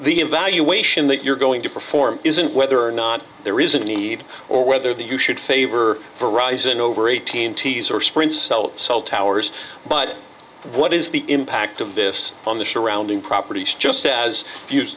the evaluation that you're going to perform isn't whether or not there is a need or whether the you should favor verizon over eighteen t s or sprint cell towers but what is the impact of this on the show rounding properties just as you